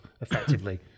effectively